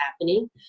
happening